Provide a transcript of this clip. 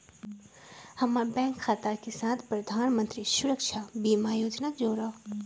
हम्मर बैंक खाता के साथ प्रधानमंत्री सुरक्षा बीमा योजना जोड़ा